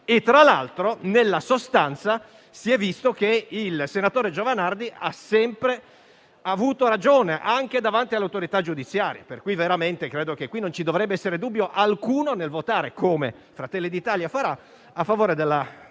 Tra l'altro, nella sostanza, si è visto che il senatore Giovanardi ha sempre avuto ragione, anche davanti all'autorità giudiziaria. Credo quindi che non dovrebbe esserci dubbio alcuno nel votare, come Fratelli d'Italia farà, a favore della